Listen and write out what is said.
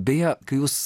beje kai jūs